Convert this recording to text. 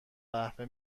قهوه